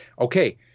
Okay